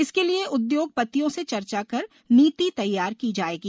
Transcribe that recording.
इसके लिए उद्योगपतियों से चर्चा कर नीति तैयार की जाएगी